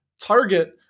target